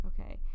okay